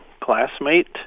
classmate